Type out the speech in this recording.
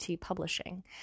Publishing